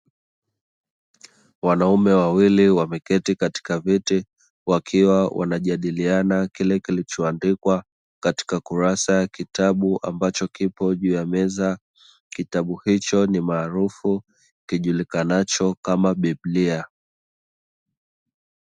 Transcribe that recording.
Wanaume wawili wamekati katika viti wakiwa wanajadiliana kile kilichoandikwa katika kurasa ya kitabu ambacho kipo juu ya meza, kitabu hicho ni maarufu kijulikanacho kama biblia.